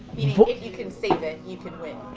you you conceive it, you can win.